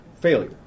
failure